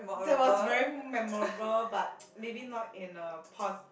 that was very memorable but maybe not in a pos~